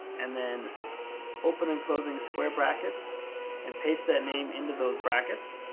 and then open and closing square brackets and paste that name into those brackets.